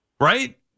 Right